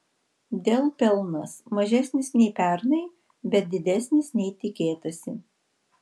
dell pelnas mažesnis nei pernai bet didesnis nei tikėtasi